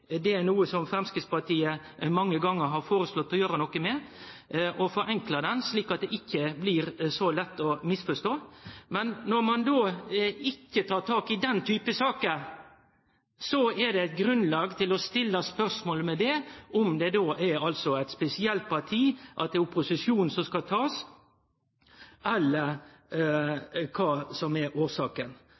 Framstegspartiet har mange gonger føreslått å gjere noko med han, forenkle han, slik at det ikkje blir så lett å misforstå. Når ein ikkje tek tak i den typen saker, er det grunn til å stille spørsmål ved om det ikkje er eit spesielt parti, opposisjonen, som skal takast, eller kva som er årsaka.